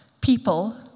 people